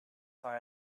far